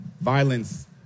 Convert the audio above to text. violence